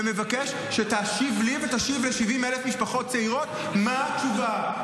ומבקש שתשיב לי ותשיב ל-70,000 משפחות צעירות מה התשובה,